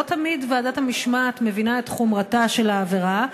לא תמיד ועדת המשמעת מבינה את חומרתה של העבירה,